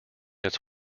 its